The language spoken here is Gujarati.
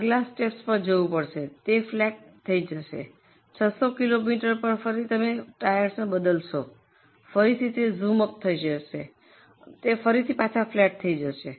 તેથી તમારે આગલા સ્ટેપ્સ પર જવું પડશે પછી તે ફ્લેટ થઈ જશે 600 કિલોમીટર પર તમે ફરીથી બદલશો ફરીથી તે ઝૂમ અપ થઈ જશે પછી ફરીથી તે ફ્લેટ થઈ જશે